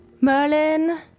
Merlin